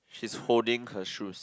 she's holding her shoes